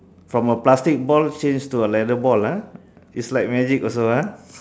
from a plastic ball change to a leather ball ah it's like magic also ah